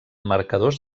marcadors